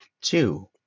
two